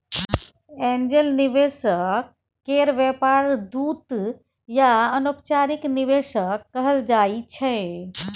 angel निवेशक केर व्यापार दूत या अनौपचारिक निवेशक कहल जाइ छै